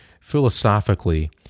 philosophically